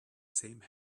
same